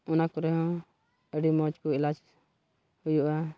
ᱚᱱᱟ ᱠᱚᱨᱮᱦᱚᱸ ᱟᱹᱰᱤ ᱢᱚᱡᱽ ᱮᱞᱟᱪ ᱦᱩᱭᱩᱜᱼᱟ